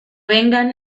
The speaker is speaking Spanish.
vengan